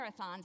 marathons